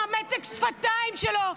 עם המתק שפתיים שלו,